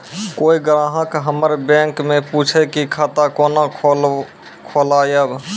कोय ग्राहक हमर बैक मैं पुछे की खाता कोना खोलायब?